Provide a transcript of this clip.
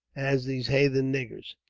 as these hathen niggers.